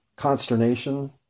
consternation